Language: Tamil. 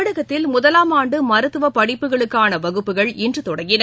தமிழகத்தில் முதலாமாண்டுமருத்துவப்படிப்புகளுக்கானவகுப்புகள் இன்றுதொடங்கின